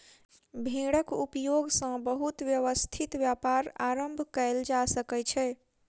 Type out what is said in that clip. भेड़क उपयोग सॅ बहुत व्यवस्थित व्यापार आरम्भ कयल जा सकै छै